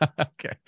okay